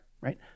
right